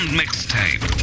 mixtape